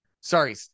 Sorry